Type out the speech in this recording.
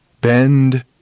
Bend